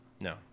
No